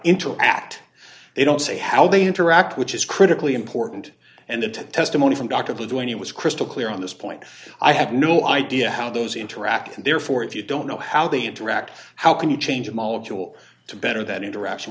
into act they don't say how they interact which is critically important and the testimony from doctors who do any was crystal clear on this point i have no idea how those interact and therefore if you don't know how they interact how can you change a molecule to better that interaction